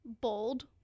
bold